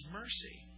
mercy